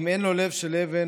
אם אין לו לב של אבן,